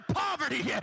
poverty